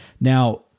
Now